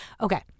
Okay